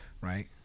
right